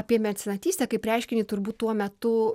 apie mecenatystę kaip reiškinį turbūt tuo metu